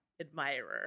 admirer